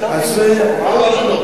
הכול עובד,